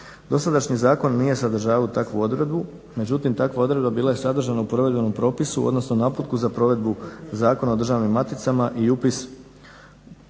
Dosadašnji zakon nije sadržavao takvu odredbu, međutim takva odredba bila je sadržana u provedenom propisu, odnosno naputku za provedbu Zakona o državnim maticama i upisu